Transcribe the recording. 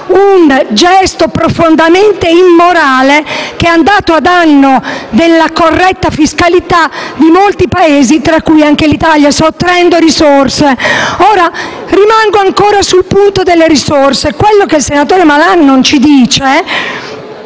un gesto profondamente immorale, che è andato a danno della corretta fiscalità di molti Paesi, tra i quali anche l'Italia, cui ha sottratto risorse. Rimanendo sul punto delle risorse e a quello che il senatore Malan non dice,